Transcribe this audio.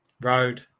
road